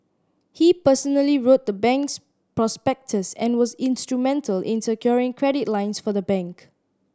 he personally wrote the bank's prospectus and was instrumental in securing credit lines for the bank